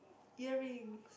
earring